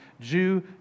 Jew